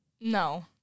No